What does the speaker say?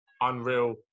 unreal